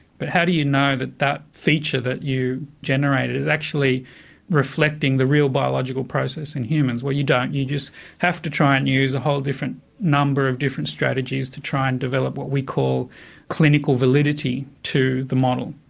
but how do you know that that feature that you generated is actually reflecting the real biological process in humans? well, you don't. you just have to try and use a whole different number of different strategies to try and develop what we call clinical validity to the model.